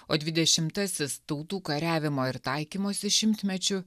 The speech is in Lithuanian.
o dvidešimtasis tautų kariavimo ir taikymosi šimtmečiu